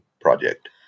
project